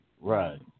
Right